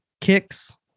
kicks